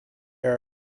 are